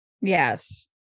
Yes